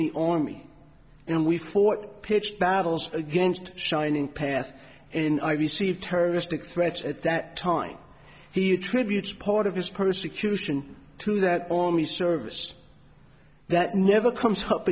the army and we fought pitched battles against shining path and i received terroristic threats at that time he attributes part of his persecution to that only service that never comes